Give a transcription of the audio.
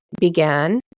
began